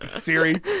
Siri